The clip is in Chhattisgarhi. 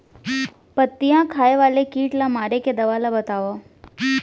पत्तियां खाए वाले किट ला मारे के दवा ला बतावव?